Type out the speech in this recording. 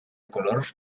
colors